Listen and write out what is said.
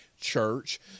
church